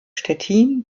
stettin